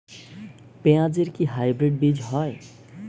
পেঁয়াজ এর কি হাইব্রিড বীজ হয়?